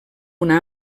una